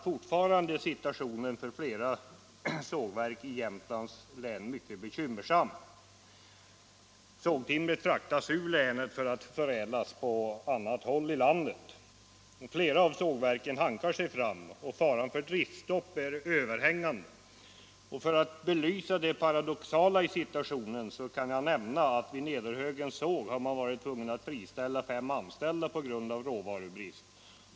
Fortfarande är situationen för flera sågverk i Jämtlands län mycket bekymmersam. Sågtimret fraktas ur länet för att förädlas på annat håll i landet. Flera av sågverken hankar sig fram, och faran för driftstopp är överhängande. För att belysa det paradoxala i situationen kan jag nämna att vid Nederhögens såg har man varit tvungen att friställa fem anställda på grund av råvarubrist.